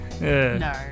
No